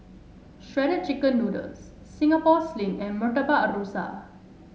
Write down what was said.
Shredded Chicken Noodles Singapore Sling and Murtabak Rusa